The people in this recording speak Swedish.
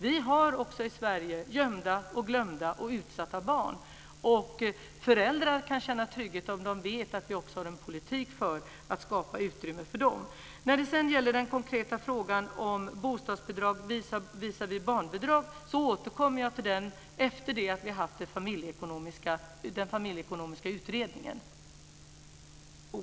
Vi har också i Sverige gömda, glömda och utsatta barn. Föräldrar kan känna trygghet om de vet att vi har en politik som skapar utrymme för dem. Den konkreta frågan om bostadsbidrag visavi barnbidrag återkommer jag till när den familjeekonomiska utredningen är klar med sitt arbete.